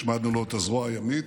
השמדנו את הזרוע הימית,